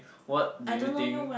what do you think